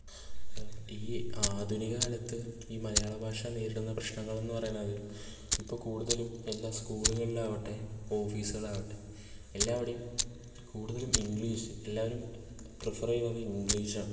ഈ ആധുനിക കാലത്ത് ഈ മലയാള ഭാഷ നേരിടുന്ന പ്രശ്നങ്ങൾ എന്ന് പറയണത് ഇപ്പോൾ കൂടുതലും എല്ലാ സ്കൂളുകളിൽ ആവട്ടെ ഓഫീസുകൾ ആവട്ടെ എല്ലാവിടെയും കൂടുതൽ ഇംഗ്ലീഷ് എല്ലാവരും പ്രിഫെർ ചെയ്യുന്നത് ഇംഗ്ലീഷ് ആണ്